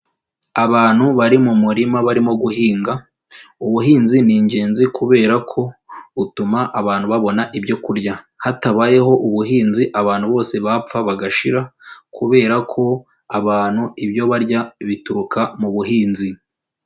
Abantu bari mu murima barimo guhinga, ubuhinzi ni genzi kubera ko butuma abantu babona ibyo kurya. Hatabayeho ubuhinzi abantu bose bapfa bagashira, kubera ko abantu ibyo barya, bituruka mu buhinzi.